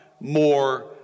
more